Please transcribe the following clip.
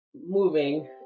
moving